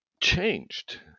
changed